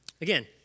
Again